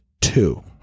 two